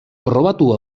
probatu